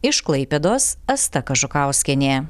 iš klaipėdos asta kažukauskienė